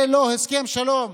זה לא הסכם שלום,